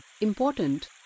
important